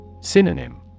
Synonym